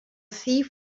thief